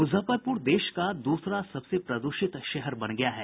मुजफ्फरपुर देश का दूसरा सबसे प्रदूषित शहर बन गया है